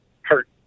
hurt